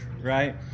right